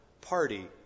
party